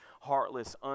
heartless